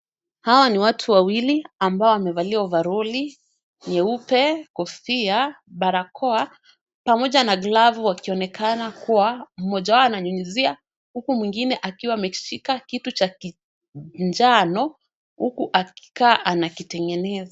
Hawa ni watu ambao wamevalia ovaroli nyeupe, kofia, barakoa, pamoja na glavu wakionekana kuwa mmoja wao ananyunyuzia, huku mwingine akiwa amekishika kitu cha kinjano, huku akikaa anakitengeneza.